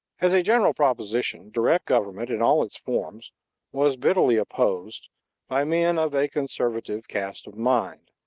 as a general proposition, direct government in all its forms was bitterly opposed by men of a conservative cast of mind.